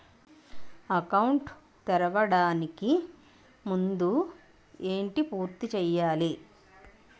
Account తెరవడానికి ముందు ఏంటి పూర్తి చేయాలి?